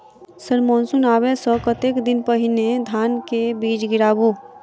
Sir monsoon आबै सऽ कतेक दिन पहिने धान केँ बीज गिराबू?